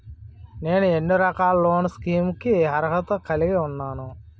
నేను ఎన్ని రకాల లోన్ స్కీమ్స్ కి అర్హత కలిగి ఉన్నాను?